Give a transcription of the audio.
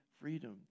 Freedom